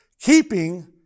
keeping